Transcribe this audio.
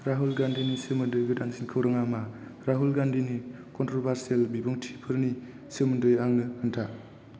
राहुल गान्धीनि सोमोन्दै गोदानसिन खौराङा मा राहुल गान्धिनि कनट्र'भारसियेल बिबुंथिफोरनि सोमोन्दै आंनो खोन्था